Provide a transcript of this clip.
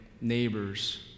neighbors